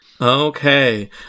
Okay